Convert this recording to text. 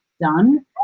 done